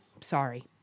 Sorry